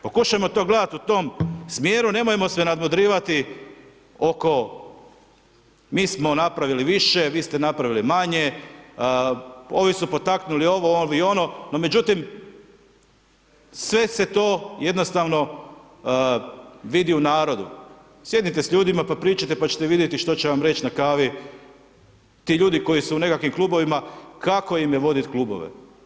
Pokušajmo to gledati u tom smjeru, nemojmo se nadmudrivati oko mi smo napravili više, vi ste napravili manje, ovi su potaknuli ovo i ono, no međutim, sve se to jednostavno vidi u narodu, sjednite s ljudima pa pričajte pa ćete vidjeti što će vam reć na kavi, ti ljudi koji su u nekakvim klubovima, kako im je vodit klubove.